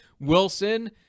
Wilson